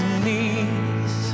knees